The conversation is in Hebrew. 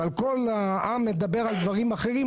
אבל כבר כל העם מדבר על דברים אחרים.